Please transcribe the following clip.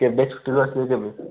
କେବେ ଛୁଟିରୁ ଆସିବେ କେବେ